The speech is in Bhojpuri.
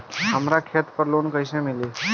हमरा खेत पर लोन कैसे मिली?